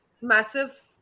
massive